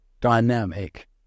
dynamic